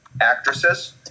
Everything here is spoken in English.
actresses